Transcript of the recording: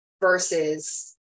Versus